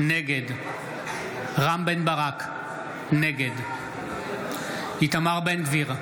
נגד רם בן ברק, נגד איתמר בן גביר,